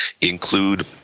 include